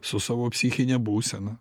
su savo psichine būsena